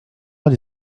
dans